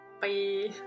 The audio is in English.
Bye